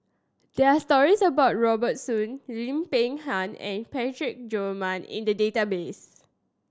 there are stories about Robert Soon Lim Peng Han and Parsick Joaquim in the database